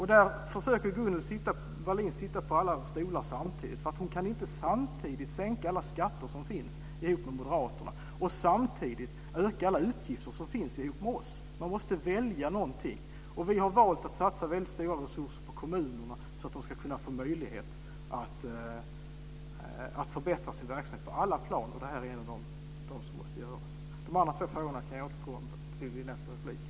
Här försöker Gunnel Wallin sitta på alla stolar samtidigt. Hon kan inte samtidigt sänka alla skatter som finns tillsammans med moderaterna och samtidigt öka alla utgifter som finns tillsammans med oss. Hon måste välja. Vi har valt att satsa stora resurser på kommunerna, så att de ska få möjlighet att förbättra sin verksamhet på alla plan. Det här är en av de saker som måste göras. De andra två frågorna får jag återkomma till i nästa replik.